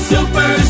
Super